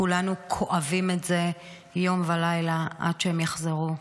כולנו כואבים את זה יום ולילה עד שהם יחזרו.